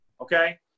Okay